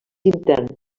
intern